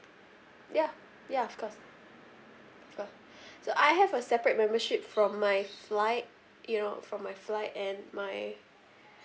ya ya of course sure so I have a separate membership from my flight you know from my flight and my